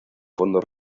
fondos